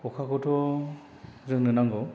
अखाखौथ' जोंनो नांगौ